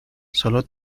solo